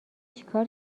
چیکار